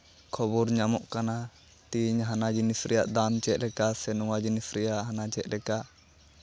ᱠᱷᱚᱵᱚᱨ ᱧᱟᱢᱚᱜ ᱠᱟᱱᱟ ᱛᱮᱦᱤᱧ ᱦᱟᱱᱟ ᱡᱤᱱᱤᱥ ᱨᱮᱭᱟᱜ ᱫᱟᱢ ᱪᱮᱫ ᱞᱮᱠᱟ ᱥᱮ ᱱᱚᱣᱟ ᱡᱤᱱᱤᱥ ᱨᱮᱭᱟᱜ ᱦᱟᱱᱟ ᱪᱮᱫ ᱞᱮᱠᱟ